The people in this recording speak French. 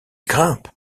grimpe